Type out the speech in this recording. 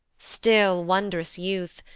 still, wond'rous youth!